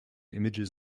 images